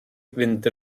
fynd